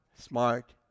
smart